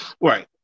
right